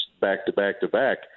back-to-back-to-back